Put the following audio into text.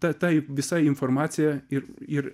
ta ta visa informacija ir ir